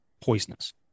poisonous